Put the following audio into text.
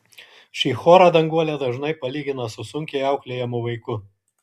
šį chorą danguolė dažnai palygina su sunkiai auklėjamu vaiku